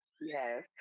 Yes